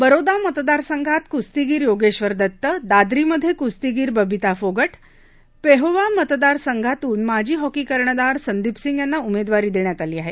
बरोदा मतदारसंघात कुस्तीगीर योगेश्वर दत्त दादरीमधे कुस्तीगीर बबिता फोगट पेहोवा मतदारसंघातून माजी हॉकी कर्णधार संदीप सिंग यांना उमेदवारी देण्यात आली आहे